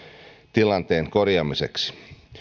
tilanteen korjaamiseksi